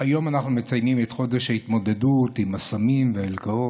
היום אנחנו מציינים את חודש ההתמודדות עם הסמים והאלכוהול.